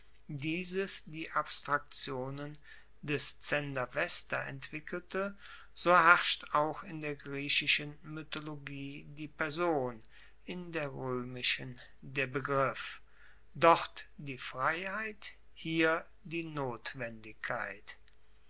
dieses die abstraktionen des zendavesta entwickelte so herrscht auch in der griechischen mythologie die person in der roemischen der begriff dort die freiheit hier die notwendigkeit